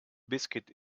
biscuit